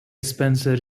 spencer